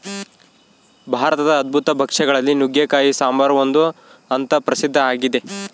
ಭಾರತದ ಅದ್ಭುತ ಭಕ್ಷ್ಯ ಗಳಲ್ಲಿ ನುಗ್ಗೆಕಾಯಿ ಸಾಂಬಾರು ಒಂದು ಅಂತ ಪ್ರಸಿದ್ಧ ಆಗಿದೆ